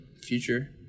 future